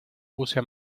puse